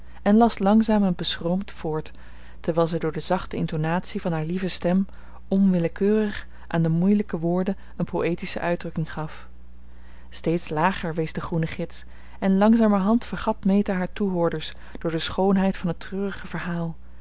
en las langzaam en beschroomd voort terwijl zij door de zachte intonatie van haar lieve stem onwillekeurig aan de moeilijke woorden een poëtische uitdrukking gaf steeds lager wees de groene gids en langzamerhand vergat meta haar toehoorders door de schoonheid van het treurige verhaal